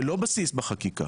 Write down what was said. ללא בסיס בחקיקה